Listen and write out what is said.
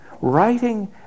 writing